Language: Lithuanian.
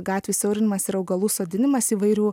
gatvių siaurinimas ir augalų sodinimas įvairių